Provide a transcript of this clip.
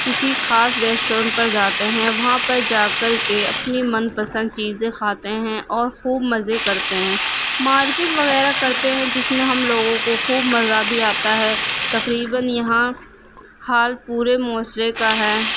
کسی خاص ریسٹورینٹ پر جاتے ہیں وہاں پر جا کر کے اپنی من پسند چیزیں کھاتے ہیں اور خوب مزے کرتے ہیں مارکیٹ وغیرہ کرتے ہیں جس میں ہم لوگوں کو خوب مزہ بھی آتا ہے تقریباً یہاں حال پورے معاشرے کا ہے